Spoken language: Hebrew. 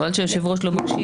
חבל שהיושב ראש לא מקשיב.